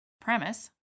premise